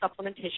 supplementation